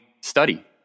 study